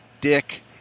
Dick